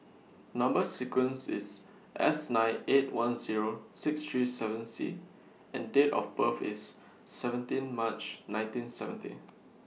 Number sequence IS S nine eight one Zero six three seven C and Date of birth IS seventeen March nineteen seventy